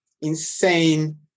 insane